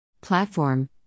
Platform